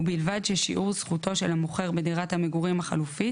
ובלבד ששיעור זכותו של המוכר בדירת המגורים החלופית